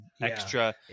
extra